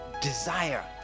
desire